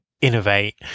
innovate